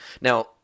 Now